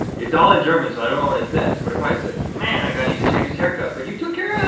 it's all in german, so i don't know what it says. but it probably says, man, that guy needs to change his haircut. but you took care of